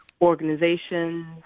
organizations